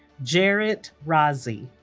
jarrett rozzi